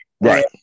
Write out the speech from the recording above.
Right